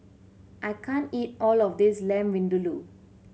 I can't eat all of this Lamb Vindaloo